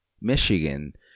Michigan